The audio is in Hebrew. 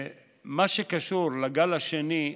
במה שקשור לגל השני,